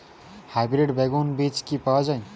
Hybrid বেগুন বীজ কি পাওয়া য়ায়?